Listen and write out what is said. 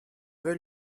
vais